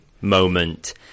moment